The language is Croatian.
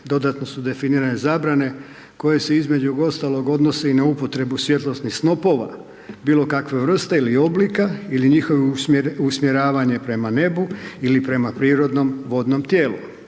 Dodatno su definirane zabrane koje se između ostalog odnose i na upotrebu svjetlosnih snopova, bilo kakve vrste ili oblika ili njihovo usmjeravanja prema nebu ili prema prirodnom vodnom tijelu.